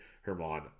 Herman